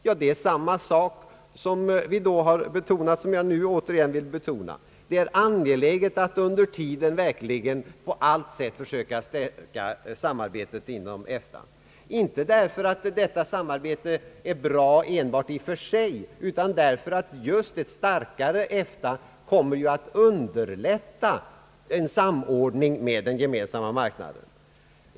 Jag har betonat tidigare och betonar det nu igen, att det är angeläget att man under tiden verkligen på allt sätt försöker stärka samarbetet inom EFTA. Detta samarbete bör ske inte enbart därför att det är bra i och för sig utan även därför att just ett starkare EFTA kommer att underlätta en samordning med den gemensamma marknaden.